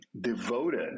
devoted